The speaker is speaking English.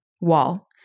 wall